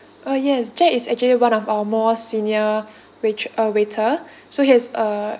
uh yes jack is actually one of our more senior waitre~ uh waiter so he has a